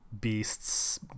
beasts